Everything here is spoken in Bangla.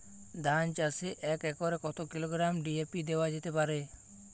ধান চাষে এক একরে কত কিলোগ্রাম ডি.এ.পি দেওয়া যেতে পারে?